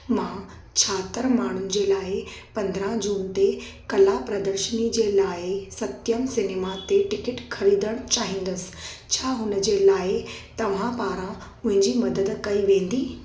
मां छाहतरि माण्हुनि जे लाइ पंद्रहं जून ते कला प्रदर्शनी जे लाइ सत्यम सिनेमा ते टिकट ख़रीदणु चाहींदसि छा हुन जे लाइ तव्हां पारां मुंहिंजी मदद कई वेंदी